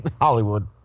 Hollywood